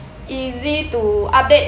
easy to update